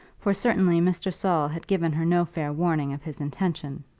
for certainly mr. saul had given her no fair warning of his intention.